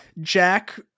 Jack